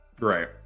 Right